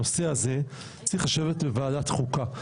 הנושא הזה צריך לשבת בוועדת החוקה.